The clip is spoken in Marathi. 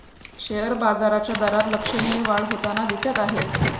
शेअर बाजाराच्या दरात लक्षणीय वाढ होताना दिसत आहे